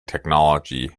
technology